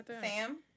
Sam